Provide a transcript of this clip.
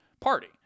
party